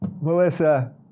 Melissa